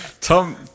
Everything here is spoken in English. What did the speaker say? Tom